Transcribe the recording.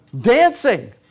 Dancing